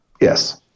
Yes